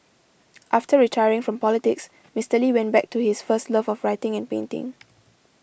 after retiring from politics Mister Lee went back to his first love of writing and painting